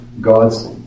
God's